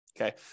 Okay